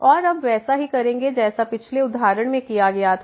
और अब वैसा ही करेंगे जैसा पिछले उदाहरण में किया गया था